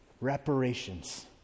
reparations